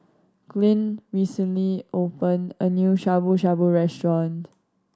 Glynn recently opened a new Shabu Shabu Restaurant